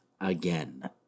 again